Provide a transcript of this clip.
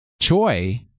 Choi